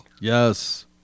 Yes